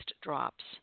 drops